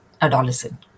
adolescent